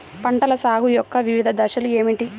పంటల సాగు యొక్క వివిధ దశలు ఏమిటి?